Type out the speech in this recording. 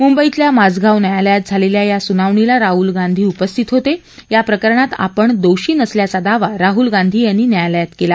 मुंबईत माझगाव न्यायालयात झालेल्या या सुनावणीला राहुल गांधी उपस्थित होते या प्रकरणात आपण दोषी नसल्याचा दावा राहुल गांधी यांनी न्यायालयात केला